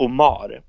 Omar